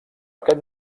aquest